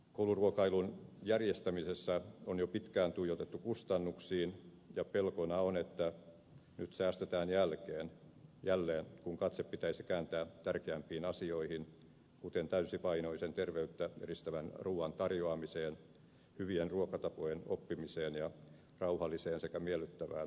kouluruokailun järjestämisessä on jo pitkään tuijotettu kustannuksiin ja pelkona on että nyt säästetään jälleen kun katse pitäisi kääntää tärkeämpiin asioihin kuten täysipainoisen terveyttä edistävän ruuan tarjoamiseen hyvien ruokatapojen oppimiseen ja rauhalliseen sekä miellyttävään ruokailutilanteeseen